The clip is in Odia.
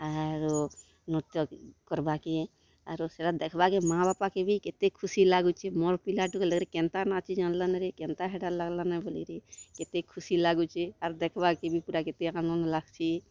ଆରୁ ନୃତ୍ୟ କର୍ବାକେ ଆରୁ ସେଟା ଦେଖ୍ବାକେ ମାଆ ବାପାକେ ବି କେତେ ଖୁସି ଲାଗୁଛି ମୋର ପିଲା ଟୁକେଲ୍ କେନ୍ତା ନାଚି ଜାଣ୍ଲାନାରେ କେନ୍ତା ହେଟା ଲଗ୍ଲାନା ବୋଲିରେ କେତେ ଖୁସି ଲାଗୁଛି ଆର୍ ଦେଖ୍ବାକେ ବି ପୁରା କେତେ ଆନନ୍ଦ୍ ଲାଗ୍ଚି